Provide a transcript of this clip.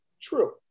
True